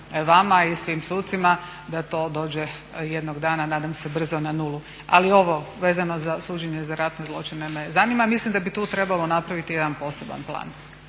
vama i svim sucima da to dođe jednog dana nadam se brzo na 0. Ali ovo vezano za suđenje za ratne zločine me zanima. Mislim da bi tu trebalo napraviti jedan poseban plan.